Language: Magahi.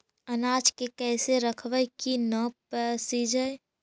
अनाज के कैसे रखबै कि न पसिजै?